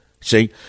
see